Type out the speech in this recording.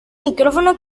micrófono